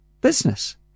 business